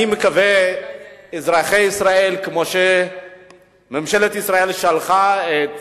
אני מקווה שכמו שממשלת ישראל שלחה את